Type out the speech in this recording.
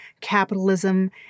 capitalism